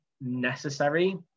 necessary